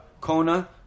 Kona